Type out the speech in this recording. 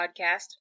podcast